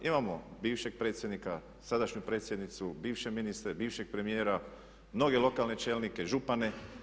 Imamo bivšeg predsjednika, sadašnju predsjednicu, bivše ministre, bivšeg premijera, mnoge lokalne čelnike, župane.